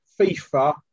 FIFA